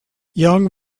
young